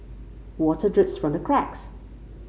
water drips from the cracks